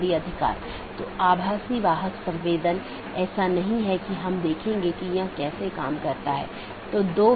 वास्तव में हमने इस बात पर थोड़ी चर्चा की कि विभिन्न प्रकार के BGP प्रारूप क्या हैं और यह अपडेट क्या है